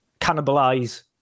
cannibalize